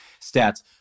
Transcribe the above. stats